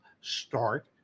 start